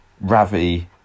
Ravi